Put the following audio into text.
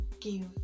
give